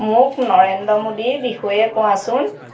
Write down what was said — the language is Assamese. মোক নৰেন্দ্ৰ মোদীৰ বিষয়ে কোৱাচোন